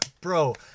Bro